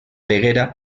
peguera